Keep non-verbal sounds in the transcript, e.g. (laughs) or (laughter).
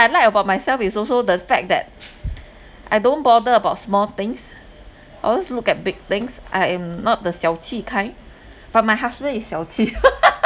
I like about myself is also the fact that I don't bother about small things always look at big things I am not the 小气:xiaoqi kind but my husband is 小气:xiaoqi (laughs)